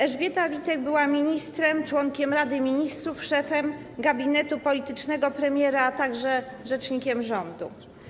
Elżbieta Witek była ministrem, członkiem Rady Ministrów, szefem gabinetu politycznego premiera, a także rzecznikiem rządu.